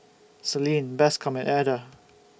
Celine Bascom Eda